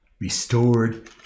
restored